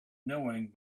knowing